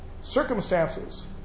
circumstances